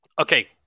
okay